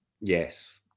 Yes